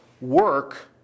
work